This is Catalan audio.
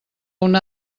una